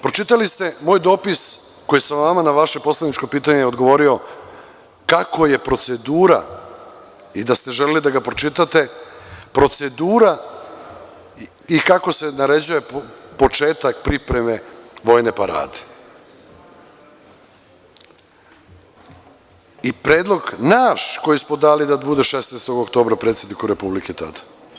Pročitali ste moj dopis kojim sam vama odgovorio na vaše poslaničko pitanje, kako je procedura, i da ste želeli da ga pročitate, i kako se naređuje početak pripreme vojne parade, kao i naš predlog, koji smo dali, da bude 16. oktobra, predsedniku Republike tada.